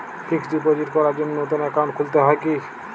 Fix deposit করার জন্য নতুন অ্যাকাউন্ট খুলতে হয় কী?